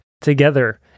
together